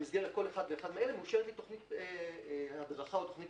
במסגרת כל אחד ואחד מאלה מאושרת לי תכנית הדרכה או תכנית